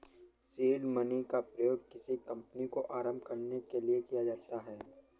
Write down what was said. seed money का प्रयोग किसी कंपनी को आरंभ करने के लिए किया जाता है